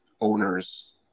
owners